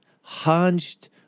hunched